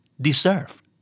Deserve